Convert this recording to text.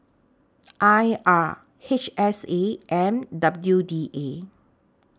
I R H S A and W D A